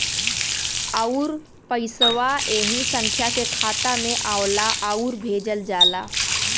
आउर पइसवा ऐही संख्या के खाता मे आवला आउर भेजल जाला